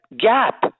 gap